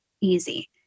easy